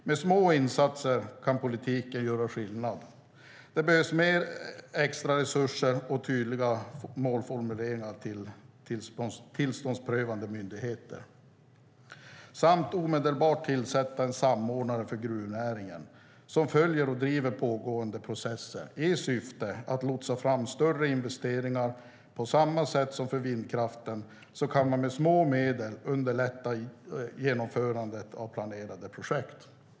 Med små insatser kan politiken göra skillnad. Det behövs extra resurser till och tydliga målformuleringar för tillståndsprövande myndigheter. Dessutom borde man omedelbart tillsätta en samordnare för gruvnäringen som följer och driver pågående processer i syfte att lotsa fram större investeringar.